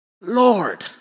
Lord